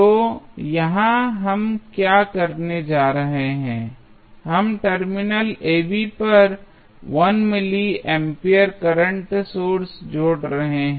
तो यहाँ हम क्या करने जा रहे हैं हम टर्मिनल ab पर 1 मिली एंपियर करंट सोर्स जोड़ रहे हैं